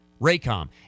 Raycom